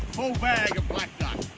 full bag of black